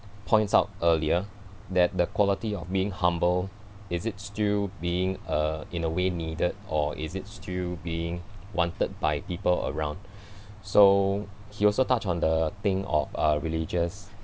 points out earlier that the quality of being humble is it still being uh in a way needed or is it still being wanted by people around so he also touch on the thing of uh religious